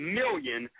million